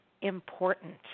important